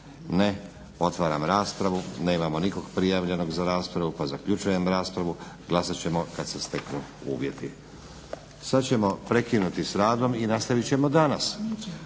Ne. Otvaram raspravu. Nemamo nikog prijavljenog za raspravu, pa zaključujem raspravu. Glasat ćemo kad se steknu uvjeti. Sad ćemo prekinuti s radom i nastavit ćemo danas